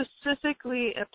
specifically